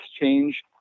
change